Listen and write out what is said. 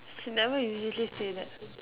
she never usually say that